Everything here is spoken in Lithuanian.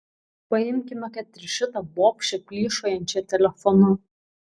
paimkime kad ir šitą bobšę plyšojančią telefonu